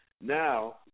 now